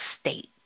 state